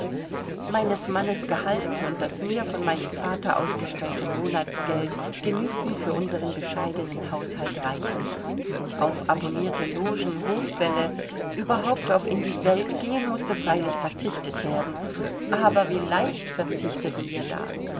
meines mannes gehalt und das mir von meinem vater ausgestellte monatsgeld genügten für unseren bescheidenen haushalt reichlich auf abonnierte logen hofbälle überhaupt auf in die welt gehen mußte freilich verzichtet werden aber wie leicht verzichteten wir da